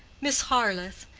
miss harleth,